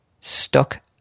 stuck